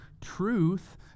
truth